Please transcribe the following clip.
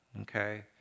Okay